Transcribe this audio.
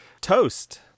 Toast